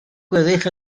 gweddill